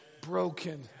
broken